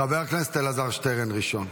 חבר הכנסת אלעזר שטרן ראשון.